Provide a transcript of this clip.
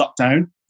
lockdown